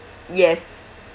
yes